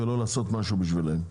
ולא לעשות משהו בשבילם,